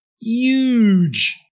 huge